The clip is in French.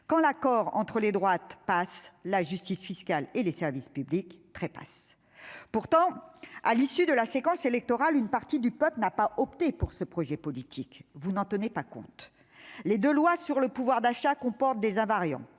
Quand l'accord entre les droites passe, la justice fiscale et les services publics trépassent ! Pourtant, à l'issue de la séquence électorale, une partie du peuple n'a pas opté pour ce projet politique. Vous n'en tenez pas compte. Les deux lois sur le pouvoir d'achat comportent des invariants